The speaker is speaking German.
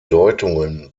deutungen